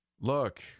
Look